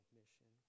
mission